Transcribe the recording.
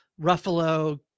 Ruffalo